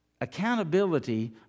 Accountability